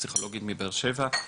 פסיכולוגית מ"בן-גוריון",